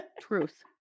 Truth